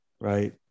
right